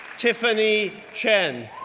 tiffany chen,